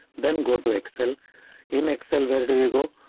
then go to excel in excel. where do you go?